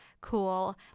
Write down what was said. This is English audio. cool